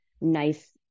nice